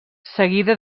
seguida